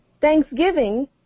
Thanksgiving